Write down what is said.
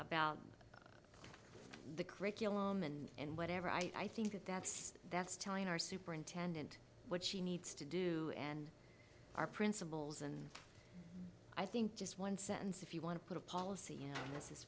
about the curriculum and and whatever i think that that's that's telling our superintendent what she needs to do and our principals and i think just one sentence if you want to put a policy you know this is